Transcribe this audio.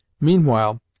Meanwhile